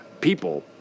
people